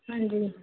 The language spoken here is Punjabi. ਹਾਂਜੀ